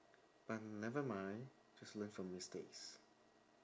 but never mind just learn from mistakes